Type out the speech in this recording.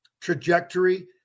trajectory